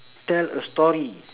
tell a story